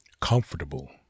comfortable